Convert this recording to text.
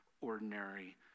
ordinary